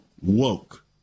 woke